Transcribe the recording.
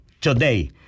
today